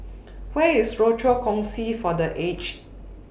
Where IS Rochor Kongsi For The Aged